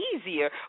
easier